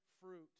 fruit